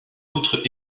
autre